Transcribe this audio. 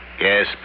Yes